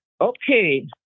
Okay